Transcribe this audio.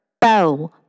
Bow